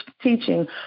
teaching